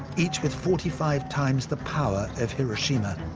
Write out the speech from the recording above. each with forty five times the power of hiroshima,